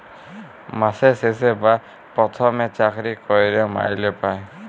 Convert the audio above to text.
মাসের শেষে বা পথমে চাকরি ক্যইরে মাইলে পায়